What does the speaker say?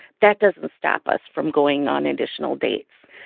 that doesn't stop us from going on additional dates.